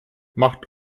macht